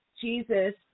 Jesus